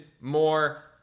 more